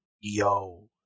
Yo